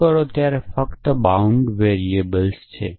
શરૂ કરો ત્યાં ફક્ત બાઉન્ડ વેરીએબલ્સ છે